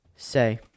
Say